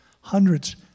hundreds